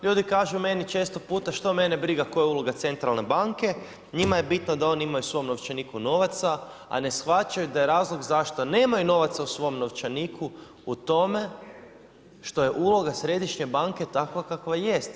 Ljudi kažu meni često puta šta mene briga koja je uloga centralne banke, njima je bitno da oni imaju u svom novčaniku novaca, a ne shvaćaju da je razlog zašto nemaju novaca u svom novčaniku u tome što je uloga središnje banke takva kakva jest.